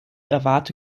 erwarte